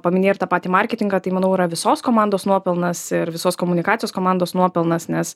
paminėjai ir tą patį marketingą tai manau yra visos komandos nuopelnas ir visos komunikacijos komandos nuopelnas nes